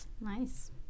nice